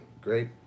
Great